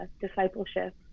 discipleship